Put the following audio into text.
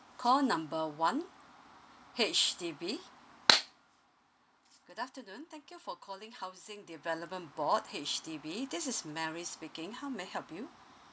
call number one H_D_B good afternoon thank you for calling housing development board H_D_B if this is mary speaking how may I help you